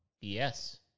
Yes